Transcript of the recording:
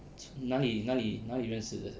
从哪里哪里哪里认识的